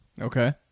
Okay